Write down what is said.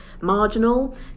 marginal